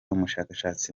umushakashatsi